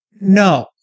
No